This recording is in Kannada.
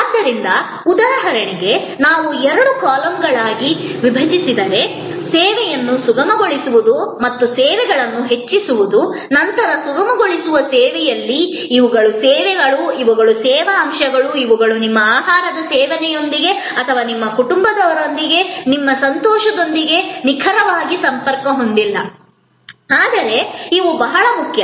ಆದ್ದರಿಂದ ಉದಾಹರಣೆಗೆ ನಾವು ಎರಡು ಕಾಲಮ್ಗಳಾಗಿ ವಿಭಜಿಸಿದರೆ ಸೇವೆಯನ್ನು ಸುಗಮಗೊಳಿಸುವುದು ಮತ್ತು ಸೇವೆಗಳನ್ನು ಹೆಚ್ಚಿಸುವುದು ನಂತರ ಸುಗಮಗೊಳಿಸುವ ಸೇವೆಯಲ್ಲಿ ಇವುಗಳು ಸೇವೆಗಳು ಇವುಗಳು ಸೇವಾ ಅಂಶಗಳು ಇವುಗಳು ನಿಮ್ಮ ಆಹಾರ ಸೇವನೆಯೊಂದಿಗೆ ಅಥವಾ ನಿಮ್ಮ ಕುಟುಂಬದೊಂದಿಗೆ ನಿಮ್ಮ ಸಂತೋಷದೊಂದಿಗೆ ನಿಖರವಾಗಿ ಸಂಪರ್ಕ ಹೊಂದಿಲ್ಲ ಆದರೆ ಇವು ಬಹಳ ಮುಖ್ಯ